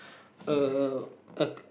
a a